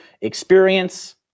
experience